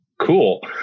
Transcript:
Cool